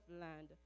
land